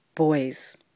Boys